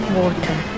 water